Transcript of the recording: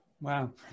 Wow